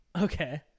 Okay